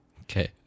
Okay